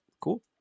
cool